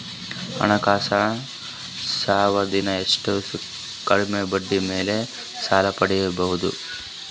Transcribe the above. ಹಣಕಾಸು ಸೇವಾ ದಿಂದ ಎಷ್ಟ ಕಮ್ಮಿಬಡ್ಡಿ ಮೇಲ್ ಸಾಲ ಪಡಿಬೋದ?